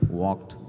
walked